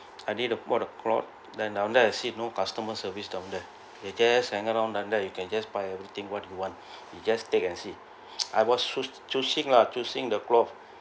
I need to bought a cloth then down there I see no customer service down there they just hang on down there you can just buy everything what you want you just take and see I was choose choosing lah choosing the cloth